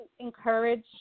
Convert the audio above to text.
encourage